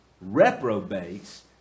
reprobates